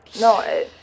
No